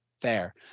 Fair